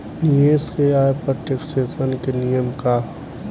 निवेश के आय पर टेक्सेशन के नियम का ह?